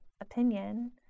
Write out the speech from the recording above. opinion